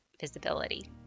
visibility